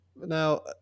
now